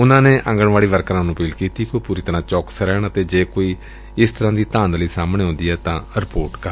ਉਨੂਾਂ ਨੇ ਆਂਗਣਵਾੜੀ ਵਰਕਰਾਂ ਨੂੰ ਅਪੀਲ ਕੀਤੀ ਕਿ ਉਹ ਪੂਰੀ ਤਰੂਾਂ ਚੌਕਸ ਰਹਿਣ ਅਤੇ ਜੇ ਕੋਈ ਇਸ ਤਰਾਂ ਦੀ ਧਾਂਦਲੀ ਸਾਹਮਣੇ ਆਉਂਦੀ ਏ ਤਾਂ ਰਿਪੋਰਟ ਕਰਨ